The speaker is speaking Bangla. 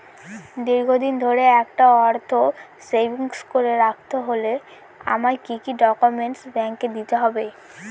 দীর্ঘদিন ধরে একটা অর্থ সেভিংস করে রাখতে হলে আমায় কি কি ডক্যুমেন্ট ব্যাংকে দিতে হবে?